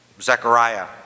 Zechariah